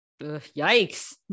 Yikes